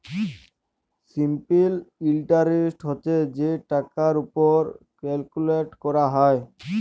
simple interest হছে যে টাকার উপর ক্যালকুলেট ক্যরা হ্যয়